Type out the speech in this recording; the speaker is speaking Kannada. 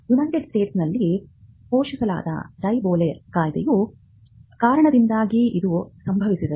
ಯುನೈಟೆಡ್ ಸ್ಟೇಟ್ಸ್ನಲ್ಲಿ ಘೋಷಿಸಲಾದ ಬೇಹ್ ಡೋಲ್ ಕಾಯ್ದೆಯ ಕಾರಣದಿಂದಾಗಿ ಇದು ಸಂಭವಿಸಿದೆ